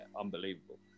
unbelievable